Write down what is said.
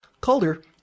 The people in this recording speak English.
Calder